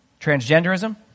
transgenderism